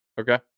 Okay